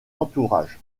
entourage